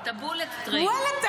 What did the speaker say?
ואללה,